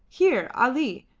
here, ali,